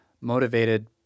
motivated